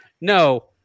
no